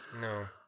No